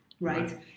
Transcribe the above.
Right